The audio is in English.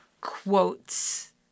quotes